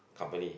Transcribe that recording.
company